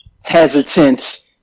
hesitant